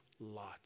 lots